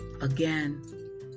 Again